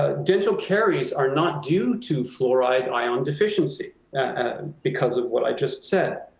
ah dental caries are not due to fluoride ion deficiency because of what i just said.